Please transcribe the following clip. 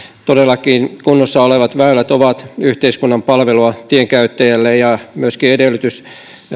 todellakin kunnossa olevat väylät ovat yhteiskunnan palvelua tienkäyttäjälle ja myöskin edellytys